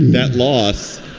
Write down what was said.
that loss